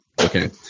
Okay